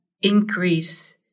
increase